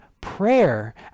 prayer